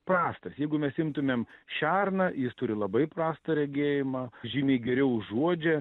prastas jeigu mes imtumėm šerną jis turi labai prastą regėjimą žymiai geriau užuodžia